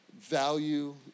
value